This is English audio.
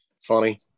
funny